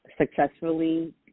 Successfully